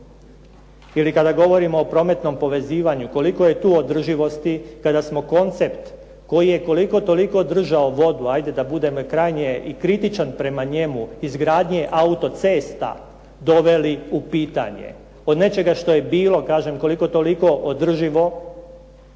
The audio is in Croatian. Ili kada govorimo o prometnom povezivanju koliko je tu održivosti kada smo koncept koji je koliko toliko držao vodu, ajde da budem i krajnje kritičan prema njemu, izgradnje autocesta doveli u pitanje. Od nečega što je bilo koliko toliko održivo,